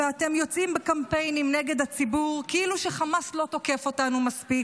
ואתם יוצאים בקמפיינים נגד הציבור כאילו שחמאס לא תוקף אותנו מספיק.